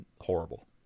horrible